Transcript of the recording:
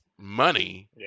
Money